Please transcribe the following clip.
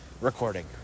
Recording